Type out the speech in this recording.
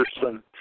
person